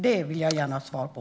Det vill jag gärna ha svar på.